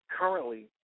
currently